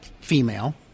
female